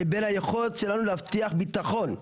לבין היכולת שלנו להבטיח ביטחון.